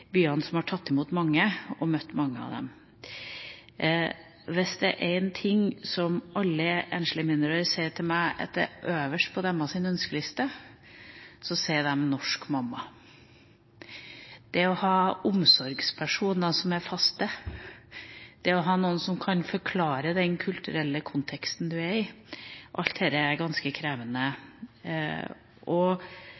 byene som har tatt imot mange, og møtte mange av dem. Hvis det er én ting som alle enslige mindreårige sier til meg at er øverst på deres ønskeliste, så er det norsk mamma. Det å ha omsorgspersoner som er faste, det å ha noen som kan forklare den kulturelle konteksten du er i – alt dette er ganske krevende.